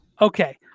Okay